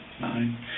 nine